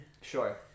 Sure